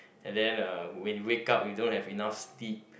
and then uh when you wake up you don't have enough sleep